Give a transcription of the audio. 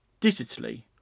digitally